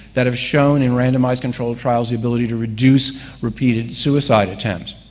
that have shown in randomized controlled trials the ability to reduce repeated suicide attempts.